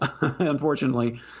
unfortunately